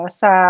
sa